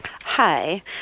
Hi